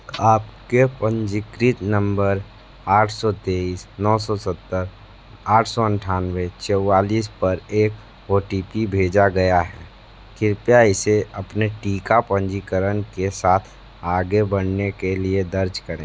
आपके पंजीकृत नंबर आठ सौ तेईस नौ सौ सत्तर आठ सौ अठानवे चौवालिस पर एक ओ टी पी भेजा गया है कृपया इसे अपने टीका पंजीकरण के साथ आगे बढ़ने के लिए दर्ज करें